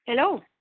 Hello